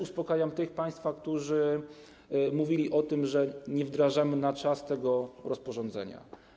Uspokajam też tych z państwa, którzy mówili o tym, że nie wdrażamy na czas tego rozporządzenia.